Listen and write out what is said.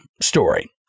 story